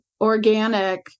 organic